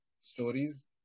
stories